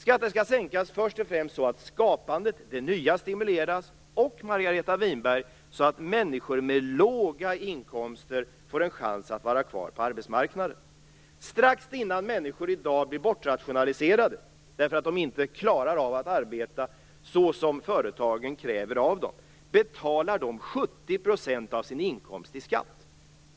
Skatten skall sänkas först och främst så att skapandet, det nya, stimuleras, och, Margareta Winberg, så att människor med låga inkomster får en chans att vara kvar på arbetsmarknaden. Strax innan människor blir bortrationaliserade därför att de inte klarar av att arbeta så som företagen kräver av dem betalar de 70 % av sin inkomst i skatt.